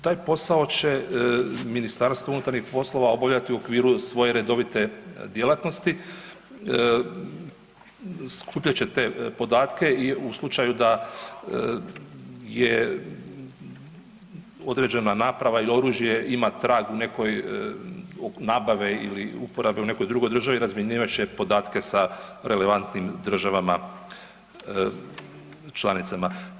Taj posao će Ministarstvo unutarnjih poslova obavljati u okviru svoje redovite djelatnosti, skupljat će te podatke i u slučaju da je određena naprava ili oružje ima trag u nekoj nabave ili uporabe u nekoj drugoj državi, razmjenjivat će podatke sa relevantnim državama članicama.